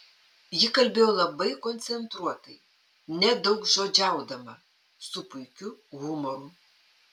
ji kalbėjo labai koncentruotai nedaugžodžiaudama su puikiu humoru